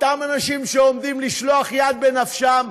אותם אנשים שעומדים לשלוח יד בנפשם,